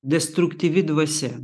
destruktyvi dvasia